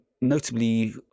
notably